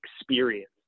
experience